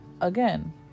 Again